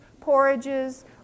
porridges